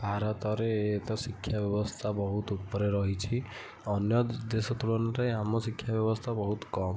ଭାରତରେ ତ ଶିକ୍ଷା ବ୍ୟବସ୍ଥା ବହୁତ ଉପରେ ରହିଛି ଅନ୍ୟ ଦେଶ ତୁଳନା ରେ ଆମ ଶିକ୍ଷା ବ୍ୟବସ୍ଥା ବହୁତ କମ୍